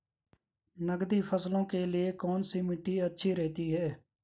नकदी फसलों के लिए कौन सी मिट्टी अच्छी रहती है?